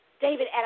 David